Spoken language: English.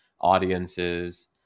audiences